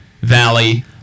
valley